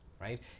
right